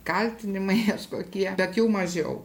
kaltinimai kažkokie bet jau mažiau